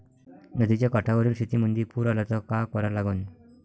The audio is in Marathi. नदीच्या काठावरील शेतीमंदी पूर आला त का करा लागन?